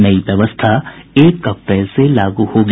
नई व्यवस्था एक अप्रैल से लागू होगी